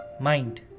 mind